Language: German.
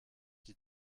die